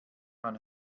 man